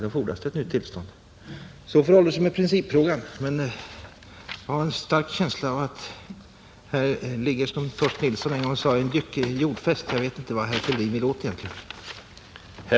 Så förhåller det sig med principfrågan, men jag har en stark känsla av att här ligger, som Torsten Nilsson en gång sade, ”en jycke jordfäst”. Jag vet inte vad herr Fälldin egentligen vill åt.